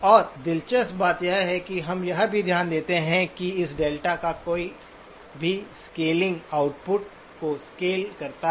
और दिलचस्प बात यह है कि हम यह भी ध्यान देते हैं कि इस डेल्टा का कोई भी स्केलिंग आउटपुट को स्केल करता है